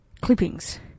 clippings